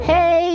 Hey